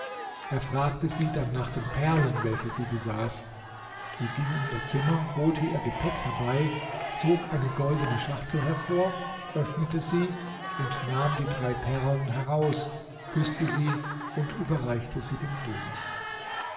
er fragte sie dann nach den perlen welche sie besaß sie ging in ihr zimmer holte ihr gepäck herbei zog eine goldene schachtel hervor öffnete sie und nahm die drei perlen heraus küßte sie und überreichte sie dem könig